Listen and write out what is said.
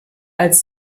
als